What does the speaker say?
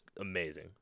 amazing